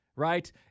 Right